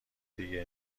دیگه